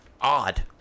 odd